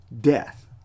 death